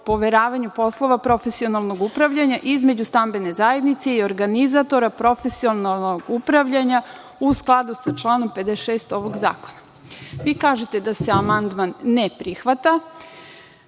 poveravanju poslova profesionalnog upravljanja, između stambene zajednice i organizatora, profesionalnog upravljanja, u skladu sa članom 56. ovog zakona. Vi kažete da se amandman ne prihvata,